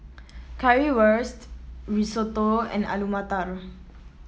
Currywurst Risotto and Alu Matar